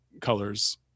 colors